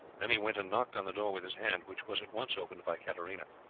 then he went and knocked on the door with his hand, which was at once opened by katarina.